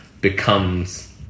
becomes